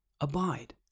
Abide